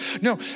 No